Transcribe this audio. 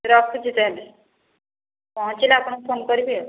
ରଖୁଛି ତାହେଲେ ପହଁଚିଲେ ଆପଣଙ୍କୁ ଫୋନ କରିବି ଆଉ